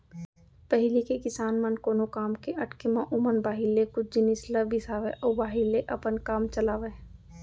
पहिली के किसान मन ह कोनो काम के अटके म ओमन बाहिर ले कुछ जिनिस ल बिसावय अउ बाहिर ले अपन काम चलावयँ